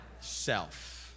self